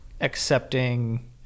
accepting